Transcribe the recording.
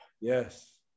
Yes